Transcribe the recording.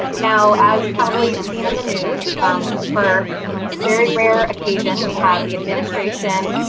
now as probably you've seen in the news for a very rare occasion we have the administration,